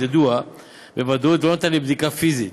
ידוע בוודאות ולא ניתן לבדיקה פיזית.